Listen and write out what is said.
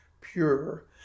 pure